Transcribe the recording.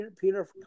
Peter